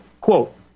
quote